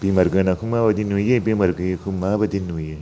बेमार गोनांखौ माबादि नुयो बेमार गैयैखौ माबादि नुयो